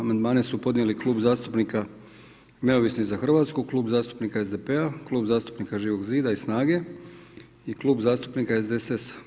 Amandmane su podnijeli Klub zastupnika neovisni za Hrvatsku, Klub zastupnika SDP-a, Klub zastupnika Živog zida i SNAGA-e i Klub zastupnika SDSS-a.